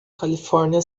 califórnia